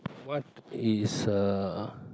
what is uh